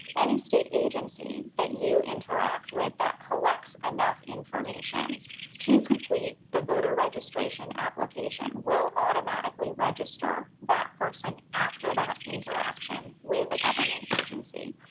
any state agency that you interact with that collects enough information to complete the voter registration application will automatically register that person after that interaction with a government agency.